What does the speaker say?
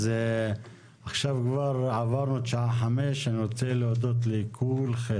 אז עכשיו כבר עברנו את שעה 17:00. אני רוצה להודות לכולכם,